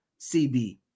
CB